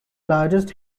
largest